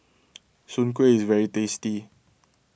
Soon Kuih is very tasty